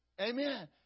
Amen